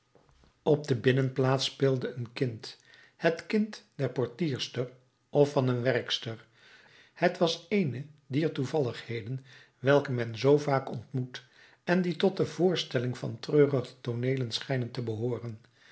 op de binnenplaats speelde een kind het kind der portierster of van een werkster t was eene dier toevalligheden welke men zoo vaak ontmoet en die tot de voorstelling van treurige tooneelen schijnen te behooren